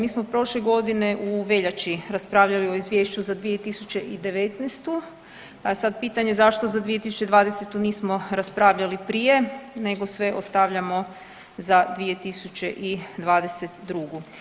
Mi smo prošle godine u veljači raspravljali o izvješću za 2019., pa sad pitanje zašto za 2020. nismo raspravljali prije nego sve ostavljamo za 2022.